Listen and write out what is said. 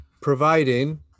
providing